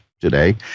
today